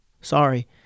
Sorry